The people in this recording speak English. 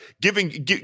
giving